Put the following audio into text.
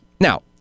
Now